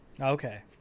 Okay